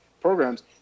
programs